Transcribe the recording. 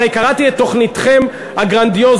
הרי קראתי את תוכניתכם הגרנדיוזית,